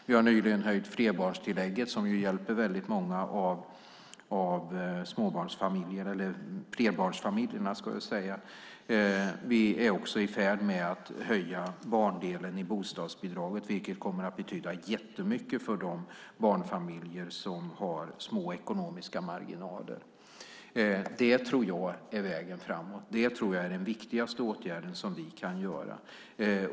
Vi har nyligen höjt flerbarnstillägget, som hjälper många av flerbarnsfamiljerna. Vi är också i färd med att höja barndelen i bostadsbidraget, vilket kommer att betyda jättemycket för de barnfamiljer som har små ekonomiska marginaler. Det tror jag är vägen framåt. Det tror jag är den viktigaste åtgärd som vi kan göra.